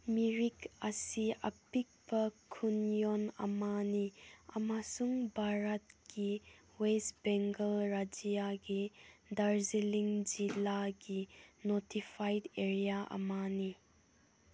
ꯃꯤꯔꯤꯛ ꯑꯁꯤ ꯑꯄꯤꯛꯄ ꯈꯨꯟꯌꯣꯟ ꯑꯃꯅꯤ ꯑꯃꯁꯨꯡ ꯚꯥꯔꯠꯀꯤ ꯋꯦꯁ ꯕꯦꯡꯒꯜ ꯔꯥꯖ꯭ꯌꯥꯒꯤ ꯗꯔꯖꯂꯤꯡ ꯖꯤꯂꯥꯒꯤ ꯅꯣꯇꯤꯐꯥꯏꯠ ꯑꯦꯔꯤꯌꯥ ꯑꯃꯅꯤ